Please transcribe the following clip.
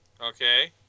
Okay